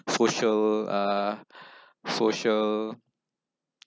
social uh social